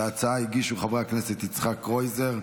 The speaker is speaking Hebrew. התשפ"ד 2024,